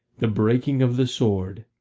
the breaking of the sword,